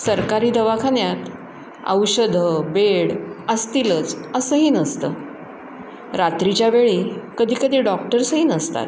सरकारी दवाखान्यात औषधं बेड असतीलच असंही नसतं रात्रीच्या वेळी कधीकधी डॉक्टर्सही नसतात